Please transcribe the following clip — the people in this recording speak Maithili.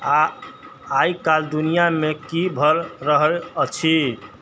आइ काल्हि दुनियाँमे की भए रहल अछि